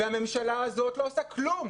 והממשלה הזאת לא עושה כלום.